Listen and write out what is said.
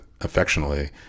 affectionately